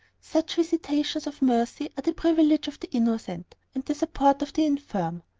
such visitations of mercy are the privilege of the innocent, and the support of the infirm.